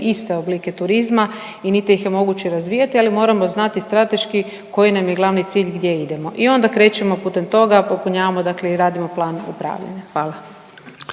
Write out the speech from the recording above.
iste oblike turizma i niti ih je moguće razvijati, ali moramo znati strateški koji nam je glavni cilj gdje idemo i onda krećemo putem toga popunjavamo i radimo plan upravljanja. Hvala.